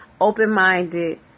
open-minded